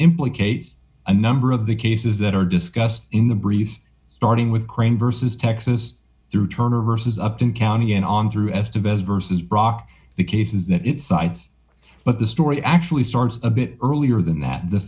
implicates a number of the cases that are discussed in the briefs starting with crane versus texas through turner versus upton county and on through as to best versus brock the cases that it cites but the story actually starts a bit earlier than that the